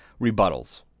rebuttals